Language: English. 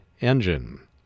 engine